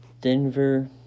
Denver